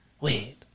Wait